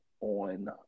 on